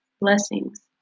Blessings